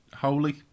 Holy